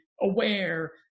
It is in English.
aware